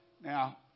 Now